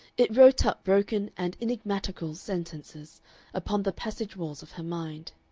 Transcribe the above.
it wrote up broken and enigmatical sentences upon the passage walls of her mind.